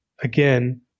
Again